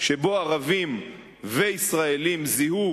שבו ערבים וישראלים זיהו,